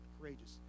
courageous